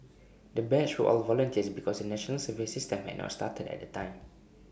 the batch were all volunteers because the National Service system had not started at the time